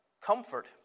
comfort